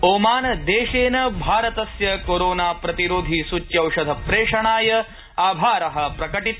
ओमानदेशेन भारतस्य कोरोना प्रतिरोधि सूच्यौषध प्रेषणाय आभार प्रकटित